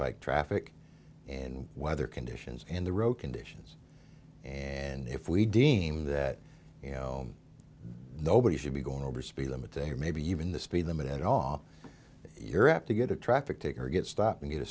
like traffic and weather conditions and the road conditions and if we deem that you know nobody should be going over speed limit day or maybe even the speed limit at off you're apt to get a traffic ticket or get stopped and get a